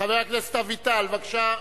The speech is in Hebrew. חבר הכנסת דורון אביטל, בבקשה.